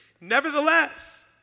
Nevertheless